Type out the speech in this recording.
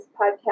podcast